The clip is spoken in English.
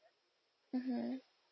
mmhmm